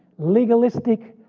legalistic,